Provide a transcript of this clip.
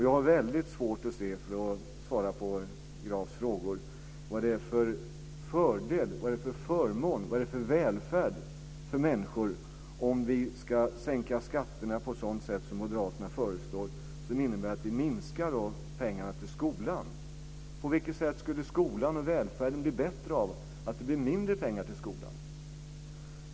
Jag har väldigt svårt att se, för att svara på Grafs frågor, vad det är för välfärd för människor om vi sänker skatterna på ett sådant sätt som moderaterna föreslår, som innebär att vi minskar pengarna till skolan. På vilket sätt skulle skolan och välfärden bli bättre av att det blir mindre pengar till skolan?